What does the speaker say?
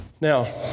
now